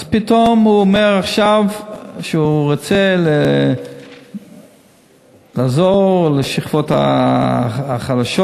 אז פתאום הוא אומר עכשיו שהוא רוצה לעזור לשכבות החלשות,